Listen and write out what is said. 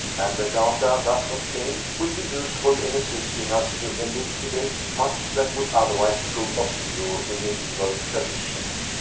and the data thus obtained will be useful in assisting us to elucidate much that would otherwise prove obscure in mediaeval tradition.